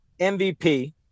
MVP